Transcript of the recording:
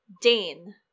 Dane